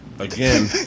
again